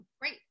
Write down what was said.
Great